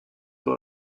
dans